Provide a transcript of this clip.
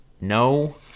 No